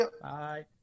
Bye